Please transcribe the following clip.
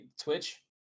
Twitch